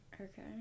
okay